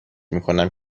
میکنم